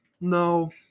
No